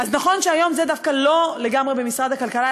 אז נכון שהיום זה לא לגמרי במשרד הכלכלה,